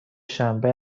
شنبه